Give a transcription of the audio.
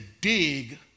dig